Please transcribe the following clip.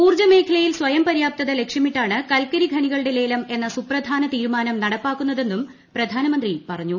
ഊർജ്ജ മേഖലയിൽ സ്വയംപര്യാപ്തത ലക്ഷ്യമിട്ടാണ് കൽക്കരി ഖനികളുടെ ലേലം എന്ന പ്രധാന തീരുമാനം ഇന്ന് നടപ്പാക്കുന്നതെന്നും പ്രധാനമന്ത്രി പറഞ്ഞു